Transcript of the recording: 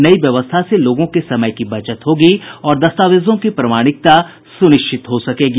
नई व्यवस्था से लोगों के समय की बचत होगी और दस्तावेजों की प्रमाणिकता सुनिश्चित हो सकेगी